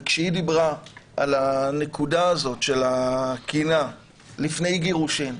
כשהיא דיברה על הנקודה הזאת של הקנאה לפני גירושין,